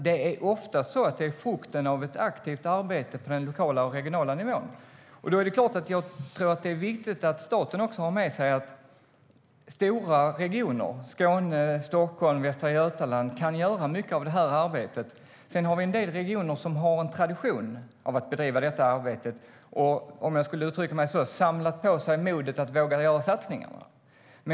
Det är oftast frukten av ett aktivt arbete på den lokala och regionala nivån. Det är viktigt att staten har med sig att stora regioner - Skåne, Stockholm och Västra Götaland - kan göra mycket av det arbetet. Sedan har vi en del regioner som har en tradition att bedriva detta arbete och som, om jag ska uttrycka mig så, samlat på sig modet att våga göra satsningarna.